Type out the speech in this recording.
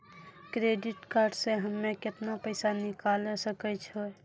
Credit card से हम्मे केतना पैसा निकाले सकै छौ?